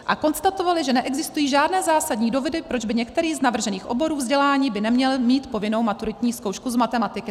A konstatovali, že neexistují žádné zásadní důvody, proč by některý z navržených oborů vzdělání neměl mít povinnou maturitní zkoušky z matematiky.